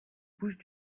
bouches